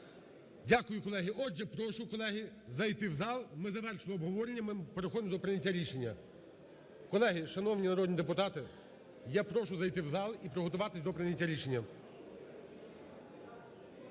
Дякую, колеги. Отже, прошу, колеги, зайти в зал, ми завершили обговорення, ми переходимо до прийняття рішення. Колеги, шановні народні депутати, я прошу зайти в зал і приготуватись до прийняття рішення.